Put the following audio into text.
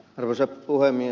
arvoisa puhemies